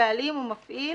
בעלים ומפעיל